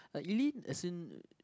like Eileen as in